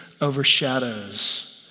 overshadows